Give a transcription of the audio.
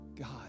God